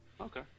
Okay